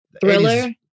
thriller